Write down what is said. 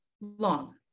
long